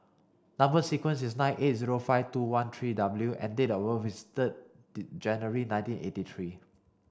number sequence is T nine eight zero five two one three W and date of birth is third January nineteen eighty three